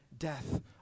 death